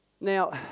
Now